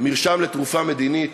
מרשם לתרופה מדינית